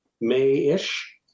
May-ish